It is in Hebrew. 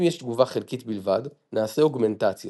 אם יש תגובה חלקית בלבד נעשה אוגמנטציה